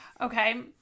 Okay